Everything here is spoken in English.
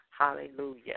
Hallelujah